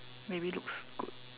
maybe looks good